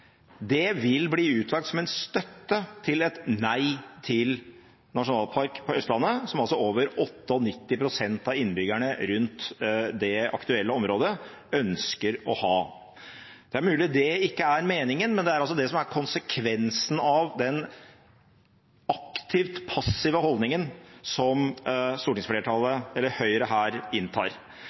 bli utlagt som en støtte til et nei til nasjonalpark på Østlandet, som altså over 98 pst. av innbyggerne rundt det aktuelle området ønsker å ha. Det er mulig det ikke er meningen, men det er det som er konsekvensen av den aktivt passive holdningen som stortingsflertallet – med Høyre – her inntar.